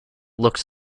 looks